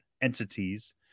entities